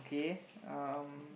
okay um